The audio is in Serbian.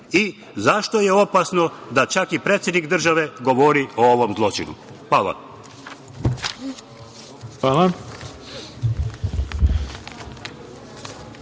Zašto je opasno da čak i predsednik države govori o ovom zločinu? Hvala.